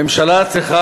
ממשלה צריכה